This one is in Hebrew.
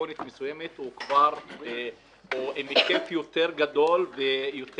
במתכונת מסוימת כעת היא כבר בהיקף גדול יותר וממצה